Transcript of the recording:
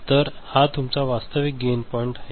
तर हा तुमचा वास्तविक गेन पॉईंट आहे